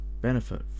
benefit